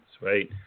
right